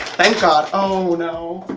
thank god. oh no.